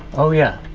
oh yeah,